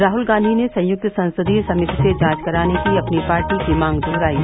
राहुल गांधी ने संयुक्त संसदीय समिति से जांच कराने की अपनी पार्टी की मांग दोहरायी